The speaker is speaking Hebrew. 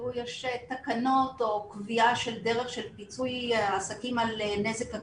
יש תקנות או קביעה של דרך של פיצוי עסקים על נזק עקיף,